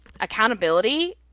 accountability